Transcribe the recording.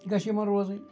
گَژھِ یِمَن روزٕنۍ